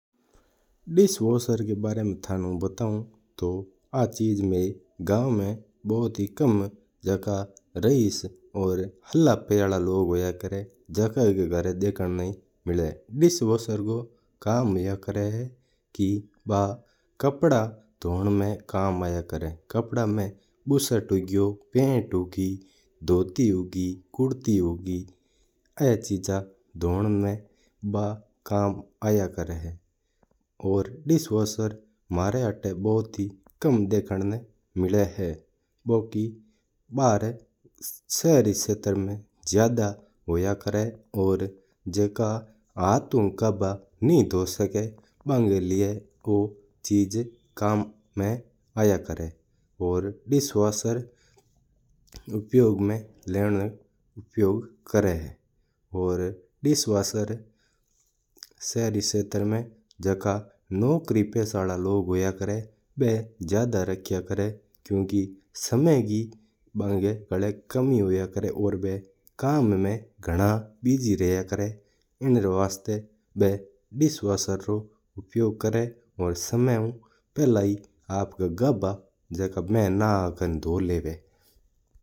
डिशवॉशर का बारे में जापण बताओं तो आ चीज में गांव में बहुत ही कम जगह देखी हूं। जो हाल राहीश और प्या आला लोग हुआ है जका का ही घरा देखना मिला है। डिशवॉशर को उपयोग हुआ है कि बा बरतन धोवना में कम आया करा है। बिना मदद ऊ बा जल्दी जल्दी बरतन धो दिया करा है और कम आवे है। और बू आपनो काम इतू जल्दी और सफाई हु कर है कि दूजा री जरूरत ही कोण पड़ा है।